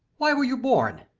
why were you born?